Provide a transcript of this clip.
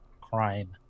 Crime